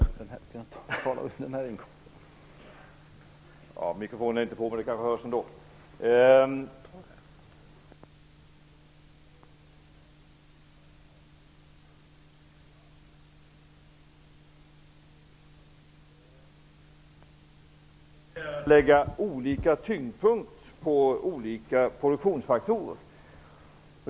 Herr talman! Jag kan konstatera att avsikten med skatteväxlingen aldrig är att höja skatten. Det ligger ju i själva ordet. Det borde vi vara överens om. Skatteväxling är att lägga olika tyngdpunkt på olika produktionsfaktorer.